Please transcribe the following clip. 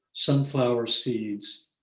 sunflower seeds.